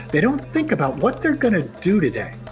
they don't think about what they're going to do today.